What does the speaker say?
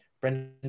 Brendan